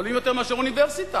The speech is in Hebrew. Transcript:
עולים יותר מאשר אוניברסיטה.